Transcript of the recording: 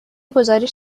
گزارش